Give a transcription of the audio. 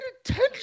attention